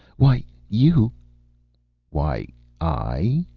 why, you why i?